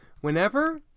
Whenever